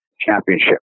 Championship